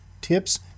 tips